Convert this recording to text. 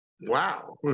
wow